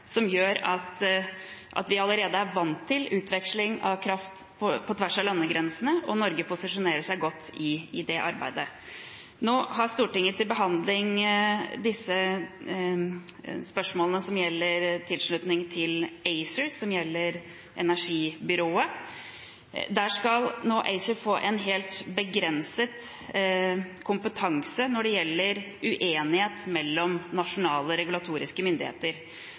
som gjør at vi allerede er vant til utveksling av kraft på tvers av landegrensene, og Norge posisjonerer seg godt i det arbeidet. Nå har Stortinget til behandling disse spørsmålene som gjelder tilslutning til energibyrået ACER. Der skal ACER nå få en helt begrenset kompetanse når det gjelder uenighet mellom nasjonale regulatoriske myndigheter.